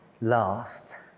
last